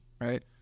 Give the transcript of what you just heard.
right